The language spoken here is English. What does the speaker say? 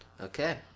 Okay